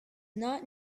not